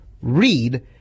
read